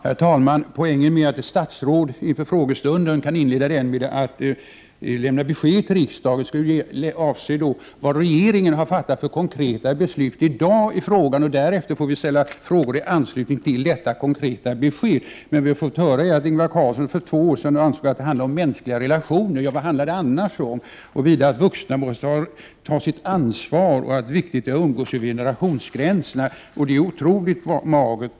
Herr talman! Poängen med att ett statsråd kan inleda frågestunden med att lämna besked till riksdagen är att statsrådet skall ge besked om vilka konkreta beslut som regeringen fattat samma dag. Därefter får ledamöterna ställa frågor i anslutning till detta konkreta besked. Men vi har nu fått höra att Ingvar Carlsson för två år sedan ansåg att det handlade om mänskliga relationer. Vad handlar det annars om? Vidare har vi fått höra att vuxna måste ta sitt ansvar och att det är viktigt att umgås över generationsgränserna. Det är otroligt magert.